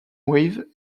wave